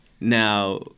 Now